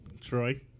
Troy